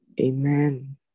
amen